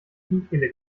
kniekehle